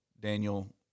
Daniel